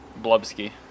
Blubski